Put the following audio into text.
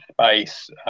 space